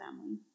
family